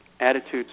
attitudes